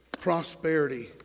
prosperity